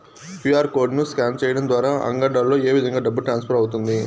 QR code ను scan సేయడం ద్వారా అంగడ్లలో ఏ విధంగా డబ్బు ట్రాన్స్ఫర్ అవుతుంది